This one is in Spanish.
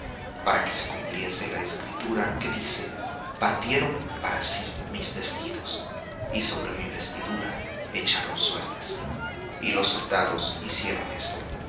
para que se cumpliese la escritura que dice partieron para sí mis vestidos y sobre mi vestidura echaron suertes y los soldados hicieron esto